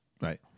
right